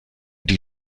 die